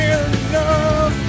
enough